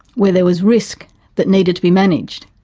where there was risk that needed to be managed.